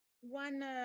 One